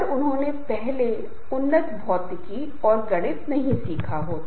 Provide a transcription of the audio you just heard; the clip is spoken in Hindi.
इसलिए समूह व्यवहार प्रकृति में अद्वितीय है